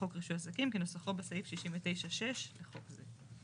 לחוק רישוי עסקים כנוסחו בסעיף 69(6) לחוק זה.